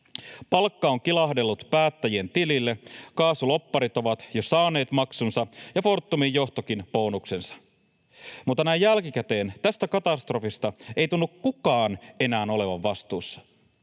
Palkka on kilahdellut päättäjien tilille, kaasulobbarit ovat jo saaneet maksunsa ja Fortumin johtokin bonuksensa, mutta näin jälkikäteen tästä katastrofista ei tunnu kukaan enää olevan vastuussa.